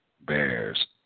bears